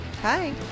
Hi